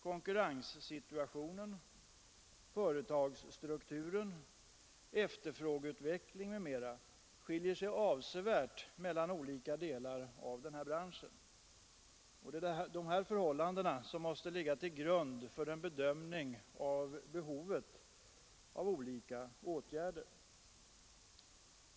Konkurrenssituationen, företagsstrukturen, efterfrågeutvecklingen m.m. skiljer sig avsevärt inom olika delar av branschen, och det är de förhållandena som måste ligga till grund för en bedömning av behovet av olika åtgärder.